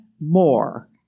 more